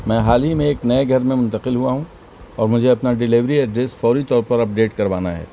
میں حال ہی میں ایک نئے گھر میں منتقل ہوا ہوں اور مجھے اپنا ڈیلیوری ایڈریس فوری طور پر اپڈیٹ کروانا ہے